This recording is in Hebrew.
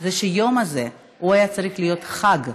זה שהיום הזה היה צריך להיות חג לנשים.